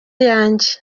yanjye